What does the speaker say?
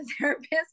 therapist